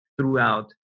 throughout